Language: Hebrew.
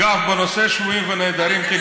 בדיוק הפוך.